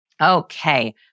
Okay